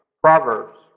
Proverbs